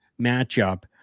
matchup